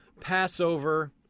Passover